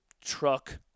truck